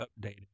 updated